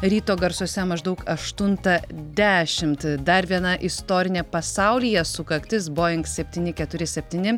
ryto garsuose maždaug aštuntą dešimt dar viena istorinė pasaulyje sukaktis boing septyni keturi septyni